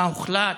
מה הוחלט?